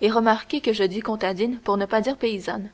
et remarquez que je dis contadîne pour ne pas dire paysanne